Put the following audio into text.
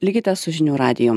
likite su žinių radiju